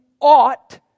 ought